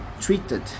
treated